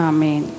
Amen